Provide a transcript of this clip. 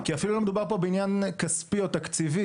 כי אפילו לא מדובר כאן בעניין כספי או תקציבי.